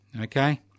Okay